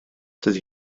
dydy